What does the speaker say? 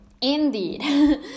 indeed